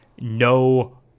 no